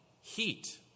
heat